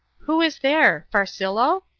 who is there farcillo?